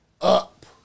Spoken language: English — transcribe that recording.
up